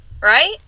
Right